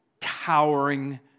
towering